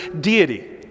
deity